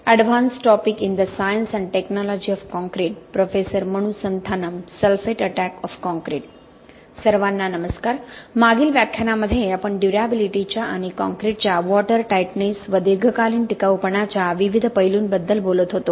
सर्वांना नमस्कार मागील लेक्चरमध्ये आपण ड्युरॅबिलिटीच्या आणि काँक्रीटच्या वॉटर टाइटनेस व दीर्घकालीन टिकाऊपणा च्या विविध पैलूंबद्दल बोलत होतो